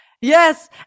yes